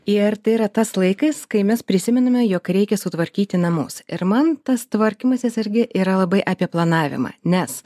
ir tai yra tas laikais kai mes prisimename jog reikia sutvarkyti namus ir man tas tvarkymasis irgi yra labai apie planavimą nes